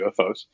UFOs